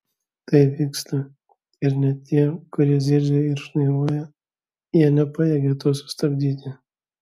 tai vyksta ir net tie kurie zirzia ar šnairuoja jie nepajėgia to sustabdyti